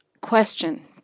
question